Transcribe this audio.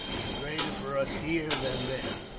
is greater for us here than there.